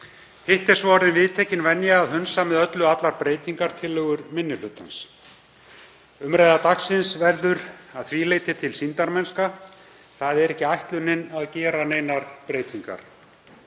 Hitt er svo orðin viðtekin venja að hunsa með öllu allar breytingartillögur minni hlutans. Umræða dagsins verður að því leyti til sýndarmennska. Það er ekki ætlunin að gera neinar breytingar.